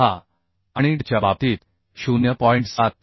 76 आणि ड च्या बाबतीत 0